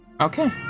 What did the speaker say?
Okay